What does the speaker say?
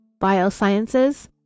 Biosciences